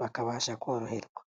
bakabasha koroherwa.